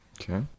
Okay